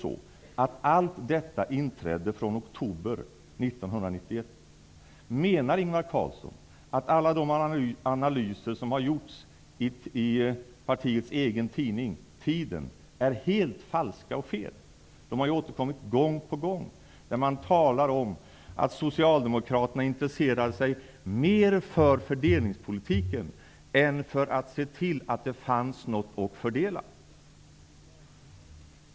Inträdde allt detta från och med oktober 1991? Menar Ingvar Carlsson att alla de analyser som har gjorts i det socialdemokratiska partiets egen tidning Tiden är falska och felaktiga? De har återkommit gång på gång. Man talar om att socialdemokraterna intresserade sig mer för fördelningspolitiken än för att se till att det fanns något att fördela.